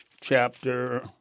chapter